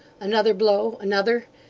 another blow another!